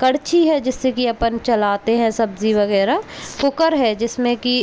कड़छी है जिससे की अपन चलाते हैं सब्ज़ी वगैरह कुकर है जिसमें की